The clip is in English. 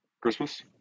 Christmas